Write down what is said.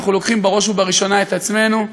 אנחנו לוקחים בראש ובראשונה את עצמנו.